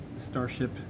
Starship